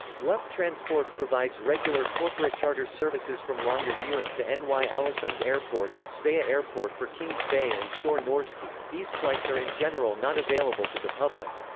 lufttransport provides regular corporate charter services from longyearbyen to and ny-alesund airport and svea airport for kings bay and store norske these flights are in general not available to the public.